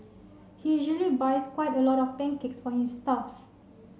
he usually buys quite a lot of pancakes for his staffs